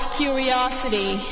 curiosity